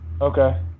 Okay